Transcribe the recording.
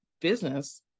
business